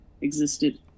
existed